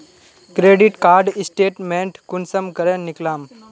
Credit card statement कुंसम करे निकलाम?